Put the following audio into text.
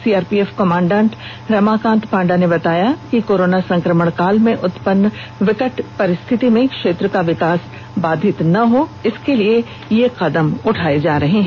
CRPF commandant Ramakant Panda ने बातया कि कोरोना संक्रमण काल में उत्पन्न विकट परिस्थिति में भी क्षेत्र का विकास बाधित न हो इसके लिए कदम उठाये जा रहे हैं